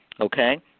Okay